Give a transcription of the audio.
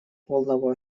полного